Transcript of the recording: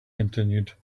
continued